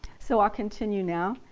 so i'll continue now.